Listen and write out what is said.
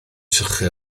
sychu